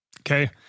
okay